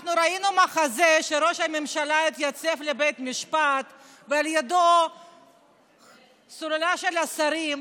אנחנו ראינו מחזה שבו ראש הממשלה התייצב בבית משפט ולידו סוללה של שרים.